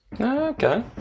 Okay